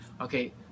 Okay